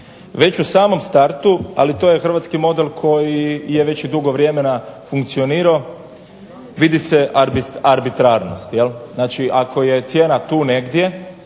Već u samom startu, ali to je hrvatski model koji je već i dugo vremena funkcionirao, vidi arbitrarnost. Znači ako je cijena tu negdje